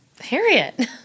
Harriet